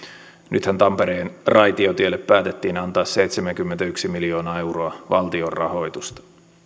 nythän tampereen raitiotielle päätettiin antaa seitsemänkymmentäyksi miljoonaa euroa valtion rahoitusta